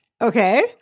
okay